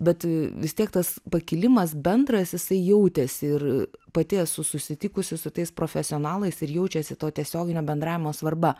bet vis tiek tas pakilimas bendras jisai jautėsi ir pati esu susitikusi su tais profesionalais ir jaučiasi to tiesioginio bendravimo svarba